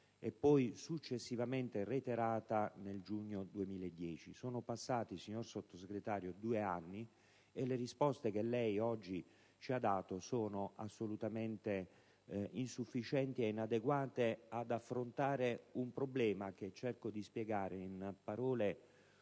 2009, successivamente reiterata nel marzo 2010. Sono passati, onorevole Sottosegretario, quasi due anni, e le risposte che lei oggi ci ha dato sono assolutamente insufficienti e inadeguate ad affrontare un problema che cercherò di spiegare, in parole